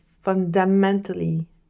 fundamentally